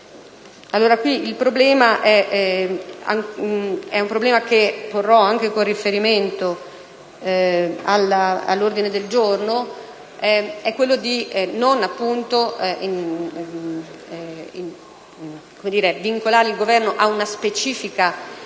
che sollevo lo porrò anche con riferimento all'ordine del giorno, ed è quello di non vincolare il Governo a una specifica